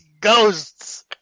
ghosts